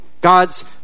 God's